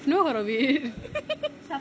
you are weird